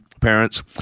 parents